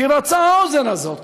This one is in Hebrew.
תירצע האוזן הזאת.